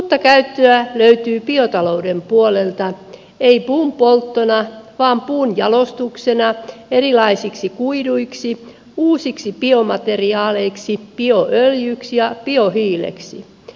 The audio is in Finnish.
uutta käyttöä löytyy biotalouden puolelta ei puun polttona vaan puun jalostuksena erilaisiksi kuiduiksi uusiksi biomateriaaleiksi bioöljyksi ja biohiileksi